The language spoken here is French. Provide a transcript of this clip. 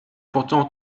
pourtant